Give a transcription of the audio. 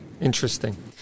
Interesting